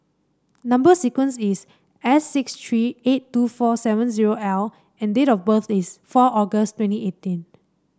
number sequence is S six three eight two four seven zero L and date of birth is four August twenty eighteen